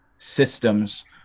systems